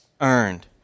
earned